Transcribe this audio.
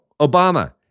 Obama